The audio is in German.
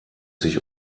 sich